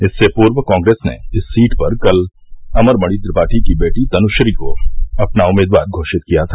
इससे पूर्व कांग्रेस ने इस सीट पर कल अमरमणि त्रिपाठी की बेटी तनुश्री को अपना उम्मीदवार घोषित किया था